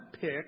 pick